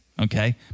Okay